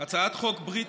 הצעת חוק ברית,